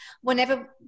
whenever